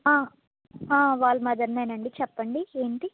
వాళ్ళ మధర్నేనండి చెప్పండి ఏంటి